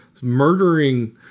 murdering